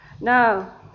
Now